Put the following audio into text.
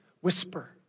whisper